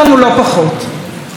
לא פחות.